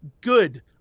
good